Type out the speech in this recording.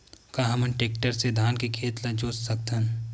का हमन टेक्टर से धान के खेत ल जोत सकथन?